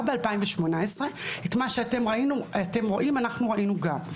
ב-2018 את מה שאתם רואים אנחנו ראינו גם,